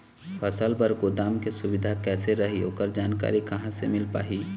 फसल बर गोदाम के सुविधा कैसे रही ओकर जानकारी कहा से मिल पाही?